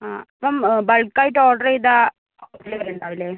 ആ അപ്പം ബൾക്ക് ആയിട്ട് ഓർഡർ ചെയ്താൽ ഡെലിവറി ഉണ്ടാവില്ലേ